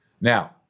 Now